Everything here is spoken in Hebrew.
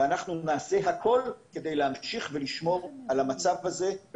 ונעשה הכול כדי להמשיך לשמור על המצב הזה.